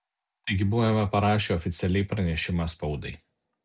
taigi buvome parašę oficialiai pranešimą spaudai